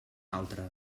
altre